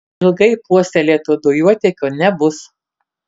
ilgai puoselėto dujotiekio nebus